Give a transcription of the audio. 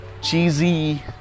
cheesy